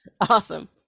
Awesome